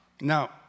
Now